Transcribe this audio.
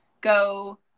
go